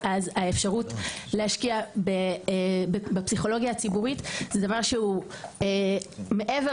האפשרות להשקיע בפסיכולוגיה הציבורית זה דבר שהוא מעבר